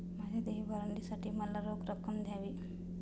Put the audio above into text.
माझ्या देय वॉरंटसाठी मला रोख रक्कम द्यावी